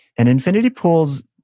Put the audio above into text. and infinity pools,